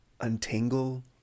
untangle